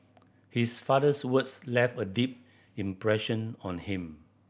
his father's words left a deep impression on him